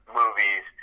movies